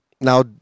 Now